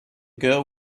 girl